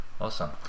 Awesome